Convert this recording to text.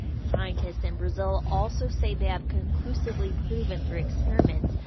scientists in brazil also say they have conclusively proven, through experiments,